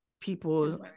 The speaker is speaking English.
people